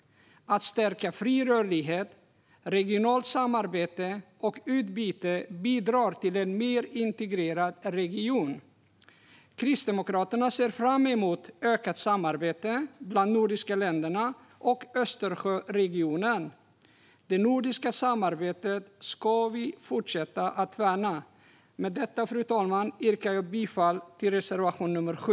Att stärka fri rörlighet, regionalt samarbete och utbyte bidrar till en mer integrerad region. Kristdemokraterna ser fram emot ökat samarbete mellan de nordiska länderna och i Östersjöregionen. Det nordiska samarbetet ska vi fortsätta att värna. Med detta, fru talman, yrkar jag bifall till reservation nr 7.